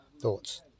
thoughts